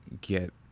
get